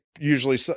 usually